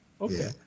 Okay